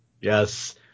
Yes